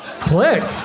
Click